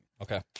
Okay